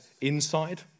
inside